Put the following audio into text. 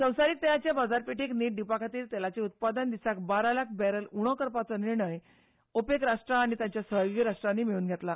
संवसारीक तेलाचे बाजारपेठेक नेट दिवपा खातीर तेलाचें उत्पादन दिसाक बारा लाख बॅरल उणे करपाचो निर्णय ओपेक राष्ट्रां आनी तांच्या सहयोगी राष्ट्रांनी मेळून घेतला